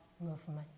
movement